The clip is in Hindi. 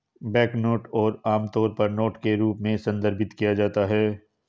बैंकनोट को आमतौर पर नोट के रूप में संदर्भित किया जाता है